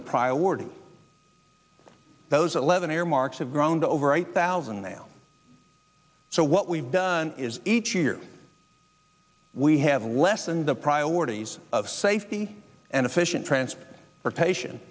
the priority those eleven earmarks have grown to over eight thousand they'll so what we've done is each year we have lessened the priorities of safety and efficient transfer for patient